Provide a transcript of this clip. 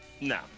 No